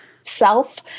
self